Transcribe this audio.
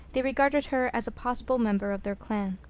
they regarded her as a possible member of their clan.